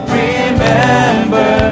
remember